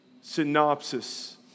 synopsis